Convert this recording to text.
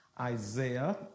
Isaiah